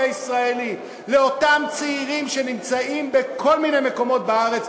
הישראלית לאותם צעירים שנמצאים בכל מיני מקומות בארץ,